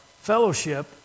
fellowship